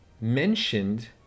mentioned